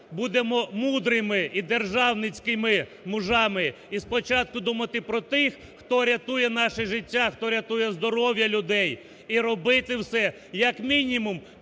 будемо мудрими і державницькими мужами, і спочатку думати про тих, хто рятує наші життя, хто рятує здоров'я людей! І робити все як мінімум